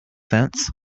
sense